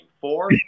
Four